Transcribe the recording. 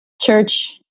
church